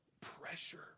pressure